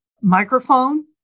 microphone